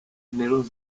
nello